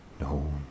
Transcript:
No